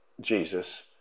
Jesus